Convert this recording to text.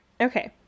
Okay